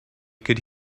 could